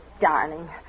darling